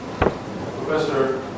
Professor